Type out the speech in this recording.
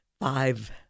five